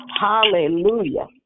Hallelujah